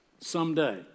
someday